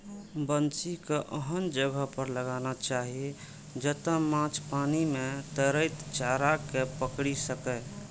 बंसी कें एहन जगह पर लगाना चाही, जतय माछ पानि मे तैरैत चारा कें पकड़ि सकय